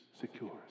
secures